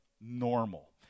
normal